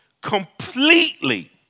completely